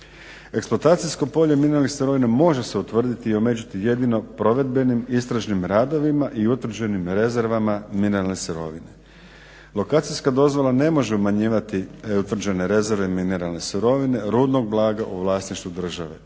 Eksploatacijsko polje mineralnih sirovina može se utvrditi i omeđiti jedino provedbenim istražnim radovima i utvrđenim rezervama mineralne sirovine. Lokacijska dozvola ne može umanjivati utvrđene rezerve mineralne sirovine, rudnog blaga u vlasništvu države.